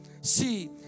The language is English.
See